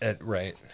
Right